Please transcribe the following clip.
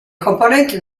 componenti